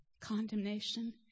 condemnation